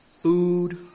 food